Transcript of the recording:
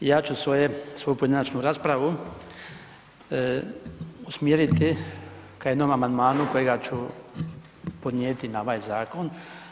Ja ću svoju pojedinačnu raspravu usmjeriti k jednom amandmanu kojega ću podnijeti na ovaj zakon.